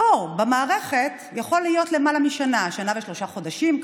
התור במערכת יכול להיות למעלה משנה עד שנה ושלושה חודשים,